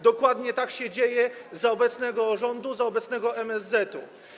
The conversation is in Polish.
Dokładnie tak się dzieje za obecnego rządu, za obecnego MSZ-u.